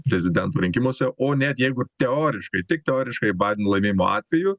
prezidento rinkimuose o net jeigu teoriškai tik teoriškai baiden laimėjimo atveju